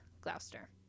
Gloucester